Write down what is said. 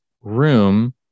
room